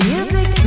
Music